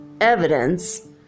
evidence